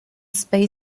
space